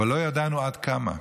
אבל לא ידענו עד כמה.